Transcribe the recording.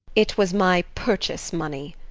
it was my purchase-money.